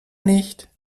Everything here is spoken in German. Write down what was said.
nicht